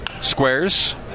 squares